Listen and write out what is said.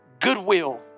goodwill